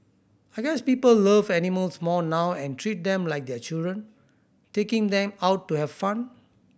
I guess people love animals more now and treat them like their children taking them out to have fun